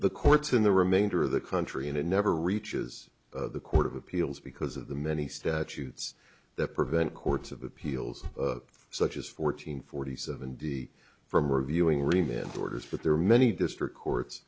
the courts in the remainder of the country and it never reaches the court of appeals because of the many statutes that prevent courts of appeals such as fourteen forty seven d from reviewing remain orders but there are many district courts